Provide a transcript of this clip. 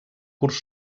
curs